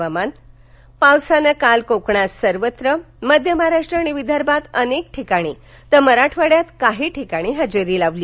हवामान पावसानं काल कोकणात सर्वत्र मध्य महाराष्ट्र आणि विदर्भात अनेक ठिकाणी तर मराठवाड्यात काही ठिकाणी हजेरी लावली